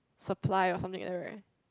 supply or something like that right